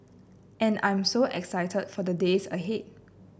and I'm so excited for the days ahead